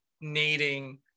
needing